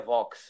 Vox